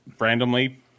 randomly